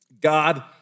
God